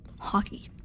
Hockey